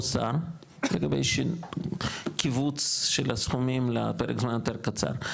שר לגבי כיווץ של הסכומים לפרק זמן יותר קצר.